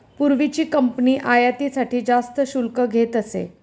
पूर्वीची कंपनी आयातीसाठी जास्त शुल्क घेत असे